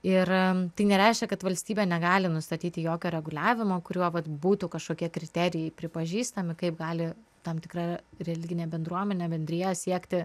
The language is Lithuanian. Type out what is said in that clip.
ir tai nereiškia kad valstybė negali nustatyti jokio reguliavimo kuriuo būtų kažkokie kriterijai pripažįstami kaip gali tam tikra religinė bendruomenė bendrija siekti